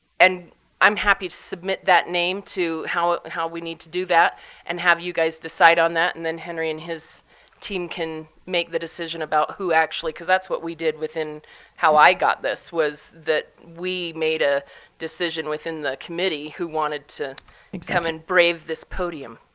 i'm happy to submit that name to how how we need to do that and have you guys decide on that. and then henry and his team can make the decision about who actually because that's what we did within how i got this, was that we made a decision within the committee who wanted to come and brave this podium.